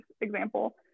example